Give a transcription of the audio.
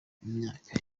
imyaka